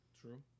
true